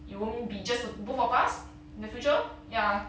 it won't be just both of us in the future ya